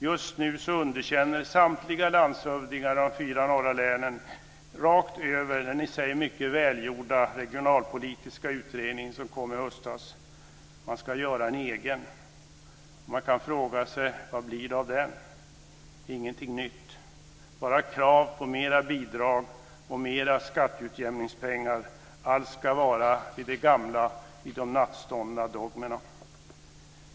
Just nu underkänner samtliga landshövdingar i de fyra nordligaste länen rakt över den i sig mycket välgjorda regionalpolitiska utredning som kom i höstas. Man ska göra en egen. Vad kan det bli av den? Ingenting nytt! Bara krav på mera bidrag och mera skatteutjämningspengar. Allt ska vara vid det gamla enligt de nattståndna dogmerna.